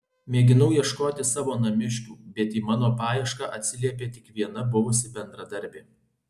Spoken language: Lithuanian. mėginau ieškoti savo namiškių bet į mano paiešką atsiliepė tik viena buvusi bendradarbė